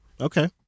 Okay